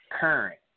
Current